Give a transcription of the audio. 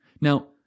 Now